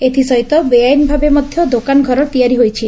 ଏଥିସହିତ ବେଆଇନ ଭାବେ ମଧ୍ୟ ଦୋକାନଘର ତିଆରି ହୋଇଛି